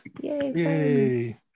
yay